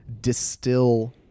distill